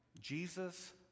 Jesus